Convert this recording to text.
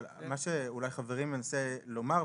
מה שחברי אולי מנסה לומר,